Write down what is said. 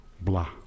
blah